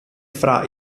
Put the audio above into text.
fra